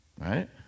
Right